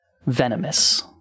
Venomous